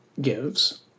gives